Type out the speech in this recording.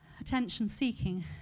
Attention-seeking